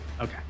Okay